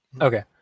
Okay